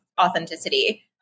authenticity